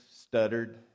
stuttered